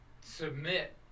submit